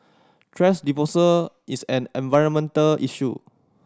thrash disposal is an environmental issue